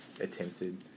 attempted